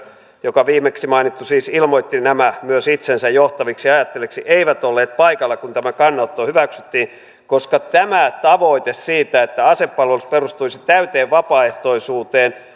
joka viimeksi mainittu siis ilmoitti nämä ja myös itsensä johtaviksi ajattelijoiksi eivät olleet paikalla kun tämä kannanotto hyväksyttiin koska tämä tavoite siitä että asepalvelus perustuisi täyteen vapaaehtoisuuteen